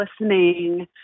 listening